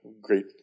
great